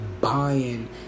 buying